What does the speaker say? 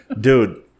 Dude